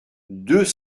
deux